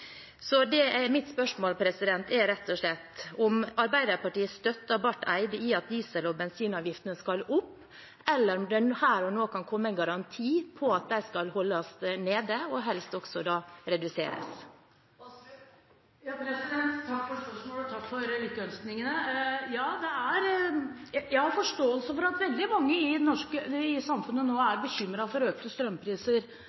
Så mitt spørsmål er rett og slett om Arbeiderpartiet støtter Barth Eide i at diesel- og bensinavgiftene skal opp, eller om det her og nå kan komme en garanti om at de skal holdes nede og helst også reduseres. Takk for spørsmålet, og takk for lykkønskningene. Jeg har forståelse for at veldig mange i